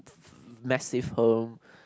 massive home